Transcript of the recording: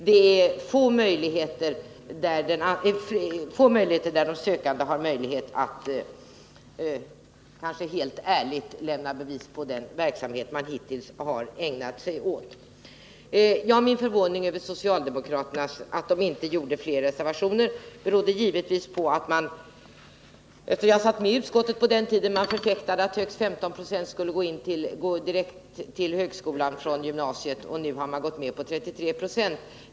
Det är inte i många fall som de sökande helt ärligt har lämnat bevis på den verksamhet de ägnat sig åt. Min förvåning över att socialdemokraterna inte avgivit fler reservationer beror givetvis på att de vid den tid då jag var ledamot av utskottet förfäktade att högst 15 96 borde gå direkt till högskolan från gymnasiet, och nu har man gått med på 33 20.